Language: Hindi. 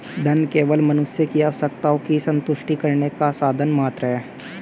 धन केवल मनुष्य की आवश्यकताओं की संतुष्टि करने का साधन मात्र है